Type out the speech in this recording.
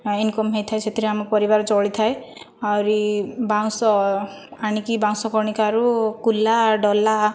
income ହୋଇଥାଏ ସେଥିରେ ଆମ ପରିବାର ଚଳିଥାଏ ଆହୁରି ବାଉଁଶ ଆଣିକି ବାଉଁଶ କଣିକାରୁ କୁଲା ଡଲା